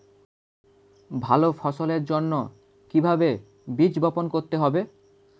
ভালো ফসলের জন্য কিভাবে বীজ বপন করতে হবে?